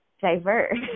diverse